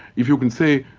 if you can say,